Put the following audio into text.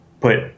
put